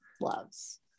loves